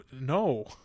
No